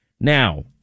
Now